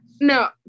No